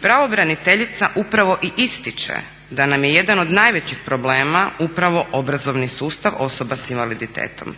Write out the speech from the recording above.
Pravobraniteljica upravo i ističe da nam je jedan od najvećih problema upravo obrazovni sustav osoba sa invaliditetom.